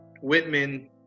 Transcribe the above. Whitman